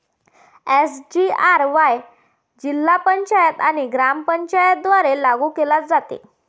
SGRY जिल्हा पंचायत आणि ग्रामपंचायतींद्वारे लागू केले जाते